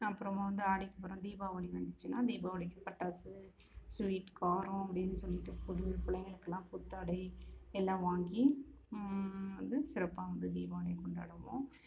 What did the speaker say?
அப்புறமா வந்து ஆடிக்கு அப்புறம் தீபாவளி வந்துச்சுனா தீபாவளிக்கு பட்டாசு ஸ்வீட் காரம் அப்படினு சொல்லிவிட்டு புதிய பிள்ளைங்களுக்கெல்லாம் புத்தாடை எல்லாம் வாங்கி வந்து சிறப்பாக வந்து தீபாவளியை கொண்டாடுவோம்